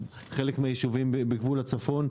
חלק מהישובים בגבול הצפון,